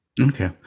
Okay